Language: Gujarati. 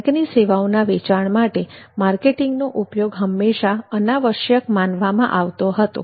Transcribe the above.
બેંકની સેવાઓના વેચાણ માટે માર્કેટિંગનો ઉપયોગ હંમેશા અનાવશ્યક માનવામાં આવતો હતો